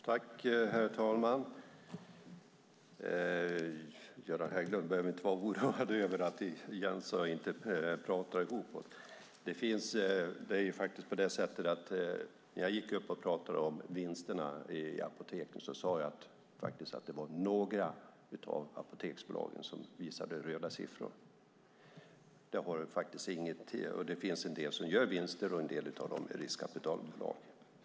Herr talman! Göran Hägglund behöver inte oroa sig för att Jens Holm och jag inte pratar ihop oss. När jag talade om vinsterna i apoteken sade jag att det var några av apoteksbolagen som visade röda siffror. Det finns en del som gör vinster, och en del av dem är riskkapitalbolag.